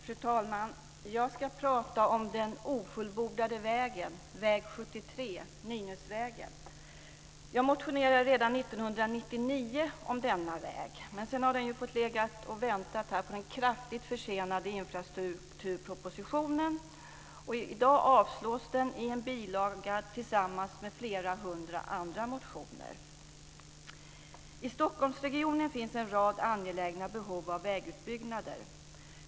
Fru talman! Jag ska prata om den ofullbordade vägen - väg 73, Nynäsvägen. Jag motionerade redan 1999 om denna väg. Den har sedan dess fått vänta på den kraftigt försenade infrastrukturpropositionen. I dag är motionen avstyrkt i en bilaga tillsammans med flera hundra andra motioner. I Stockholmsregionen finns en rad angelägna behov av vägutbyggnader.